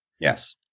Yes